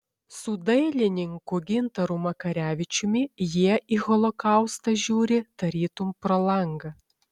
su dailininku gintaru makarevičiumi jie į holokaustą žiūri tarytum pro langą